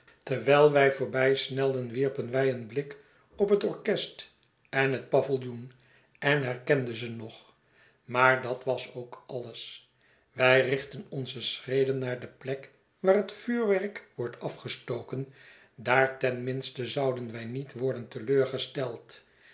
terwijl wij voorbijsnelden wierpen wij een blik op het orchest en het paviljoen en herkenden ze nog maar dat was ook alles wij richtten onze schreden naar de plek waar het vuurwerk wordt afgestoken daar ten minste zouden wij niet worden te leur gesteld